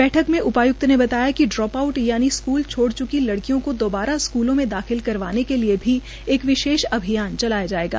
बैठक में उपाय्क्त ने बताया कि ड्रोप आऊट यानि स्कूल छोड़ च्की लड़कियों को दोबारा स्कूलों में दाखिल करवाने के लिए भी एक विशेष अभियान चलाया जायेगा